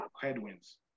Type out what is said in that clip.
Headwinds